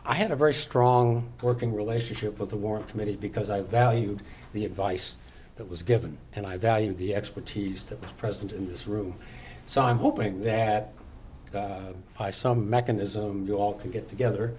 i had a very strong working relationship with the work committee because i valued the advice that was given and i value the expertise that present in this room so i'm hoping that by some mechanism you all can get together